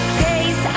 days